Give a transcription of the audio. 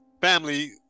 family